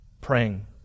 praying